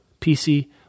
PC